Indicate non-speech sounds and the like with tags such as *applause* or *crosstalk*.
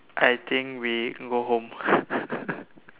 I think we go home *laughs*